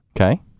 Okay